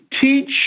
teach